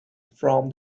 from